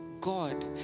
God